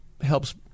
helps